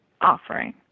offering